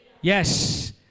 Yes